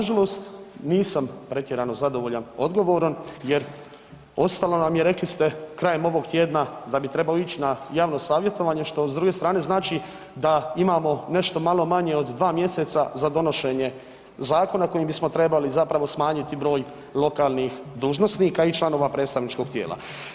Pa, nažalost nisam pretjerano zadovoljan odgovorom jer ostalo nam je rekli ste krajem ovog tjedna da bi trebao ići na javno savjetovanje što s druge strane znači da imamo nešto malo manje od 2 mjeseca za donošenje zakona kojim bismo trebali zapravo smanjiti broj lokalnih dužnosnika i članova predstavničkog tijela.